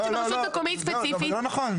זה לא נכון.